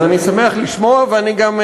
אז אני שמח לשמוע ואני גם,